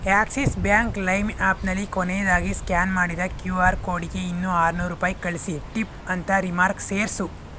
Axis Bank lime ಆ್ಯಪ್ನಲ್ಲಿ ಕೊನೇದಾಗಿ scan ಮಾಡಿದ ಕ್ಯೂ ಆರ್ ಕೋಡ್ಗೆ ಇನ್ನೂ ಆರುನೂರು ರೂಪಾಯಿ ಕಳಿಸಿ ಟಿಪ್ ಅಂತ ರಿಮಾರ್ಕ್ ಸೇರಿಸು